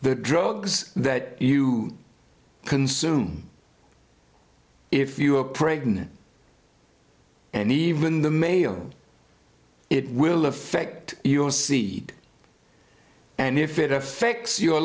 the drugs that you consume if you a pregnant and even the male it will affect your seed and if it affects your